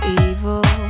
evil